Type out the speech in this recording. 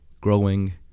growing